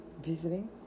visiting